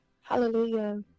hallelujah